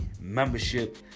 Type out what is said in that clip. membership